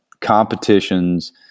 competitions